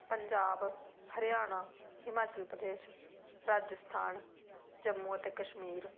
ਪੰਜਾਬ ਹਰਿਆਣਾ ਹਿਮਾਚਲ ਪ੍ਰਦੇਸ਼ ਰਾਜਸਥਾਨ ਜੰਮੂ ਅਤੇ ਕਸ਼ਮੀਰ